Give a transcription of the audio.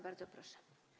Bardzo proszę.